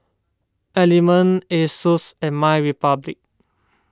Element Asus and MyRepublic